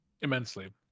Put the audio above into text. immensely